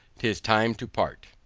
tis time to part.